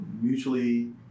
mutually